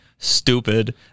stupid